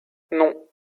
non